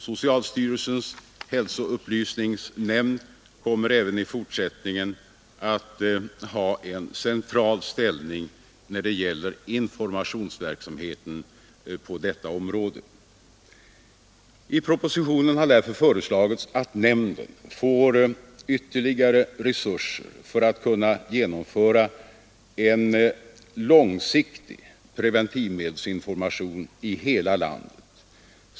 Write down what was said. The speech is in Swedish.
Socialstyrelsens hälsoupplysningsnämnd kommer även i fortsättningen att ha en central ställning när det gäller informationsverksamheten på detta område. I propositionen har därför föreslagits att nämnden får ytterligare resurser för att kunna genomföra en långsiktig preventivmedelsinformation i hela landet.